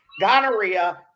Gonorrhea